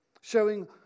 Showing